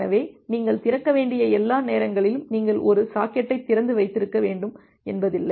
எனவே நீங்கள் திறக்க வேண்டிய எல்லா நேரங்களிலும் நீங்கள் ஒரு சாக்கெட்டைத் திறந்து வைத்திருக்க வேண்டும் என்பதில்லை